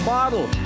Bottle